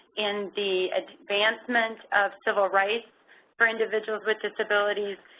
in the advancement of civil rights for individuals with disabilities,